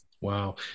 Wow